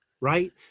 right